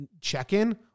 check-in